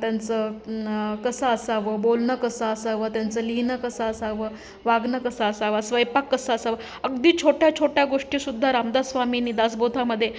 त्यांचं कसं असावं बोलणं कसं असावं त्यांचं लिहिणं कसं असावं वागणं कसं असाव स्वयंपाक कसा असावा अगदी छोट्या छोट्या गोष्टीसुद्धा रामदास्वामींनी दासबोधामध्ये